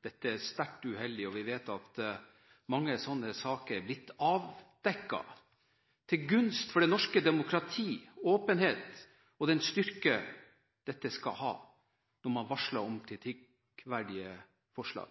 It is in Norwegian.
Dette er sterkt uheldig. Vi vet at mange slike saker er blitt avdekket, til gunst for det norske demokratiet, åpenhet og den styrke dette skal ha når man varsler om kritikkverdige forhold.